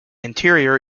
anterior